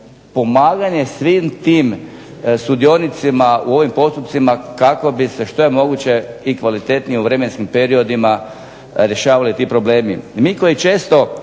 razumije./… svim tim sudionicima u ovim postupcima kako bi se što je moguće i kvalitetnije u vremenskim periodima rješavali ti problemi. Mi koji često